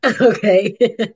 Okay